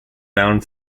bound